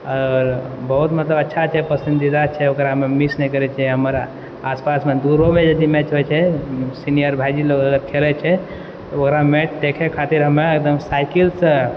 आओर बहुत मतलब अच्छा छै पसन्दीदा छै ओकरा हमे मिस नहि करै छियै हमर आसपासमे दूरोमे यदि मैच होइ छै सीनियर भाईजी लोग अर खेलै छै ओवला मैच देखै खातिर हमे एकदम साइकिलसँ